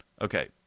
okay